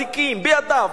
שמו אזיקים בידיו,